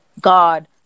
God